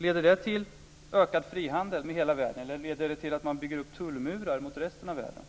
Leder EU till ökad frihandel med hela världen eller leder det till att man bygger upp tullmurar mot resten av världen?